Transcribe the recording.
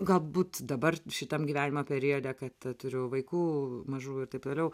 galbūt dabar šitam gyvenimo periode kad turiu vaikų mažų ir taip toliau